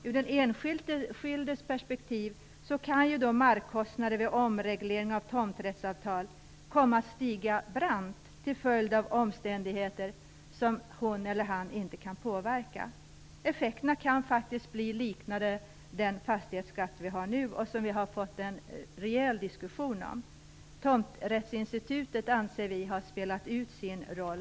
Ur den enskildes perspektiv kan markkostnader vid omregleringar av tomträttsavtal komma att stiga brant till följd av omständigheter som hon eller han inte kan påverka. Det kan faktiskt komma att bli fråga om effekter som liknar dem som den nuvarande fastighetsskatten leder till, den som det har blivit en sådan rejäl diskussion om. Vi anser att tomträttsinstitutet för dagen har spelat ut sin roll.